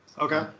Okay